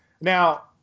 now